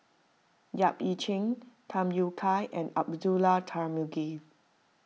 Yap Ee Chian Tham Yui Kai and Abdullah Tarmugi